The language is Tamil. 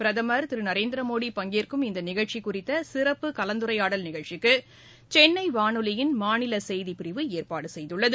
பிரதமர் திருநரேந்திரமோடி பங்கேற்கும் இந்தநிகழ்ச்சிகுறித்தசிறப்பு கலந்துரையாடல் நிகழ்ச்சிக்குசென்னவானொலியின் மாநிலசெய்திப் பிரிவு ஏற்பாடுசெய்துள்ளது